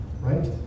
right